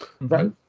Right